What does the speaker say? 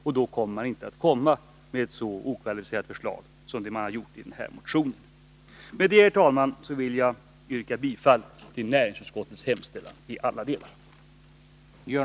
Och då kommer de inte att lägga fram ett så okvalificerat förslag som det som återfinns i denna motion. Med detta vill jag, herr talman, yrka bifall till näringsutskottets hemställan i alla delar.